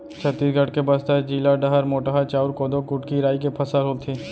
छत्तीसगढ़ के बस्तर जिला डहर मोटहा चाँउर, कोदो, कुटकी, राई के फसल होथे